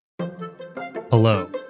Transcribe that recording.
Hello